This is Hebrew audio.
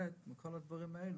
שנית, מכל הדברים האלו,